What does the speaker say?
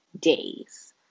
days